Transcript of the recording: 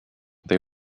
they